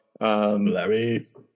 Larry